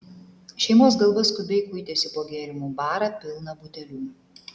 šeimos galva skubiai kuitėsi po gėrimų barą pilną butelių